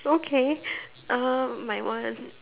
okay um my one